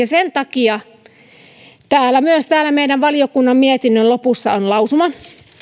sen takia myös täällä meidän valiokunnan mietinnön lopussa on lausuma